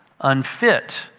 unfit